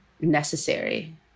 necessary